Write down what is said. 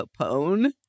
Capone